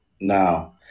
now